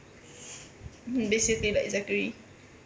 basically like zachary